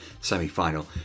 semi-final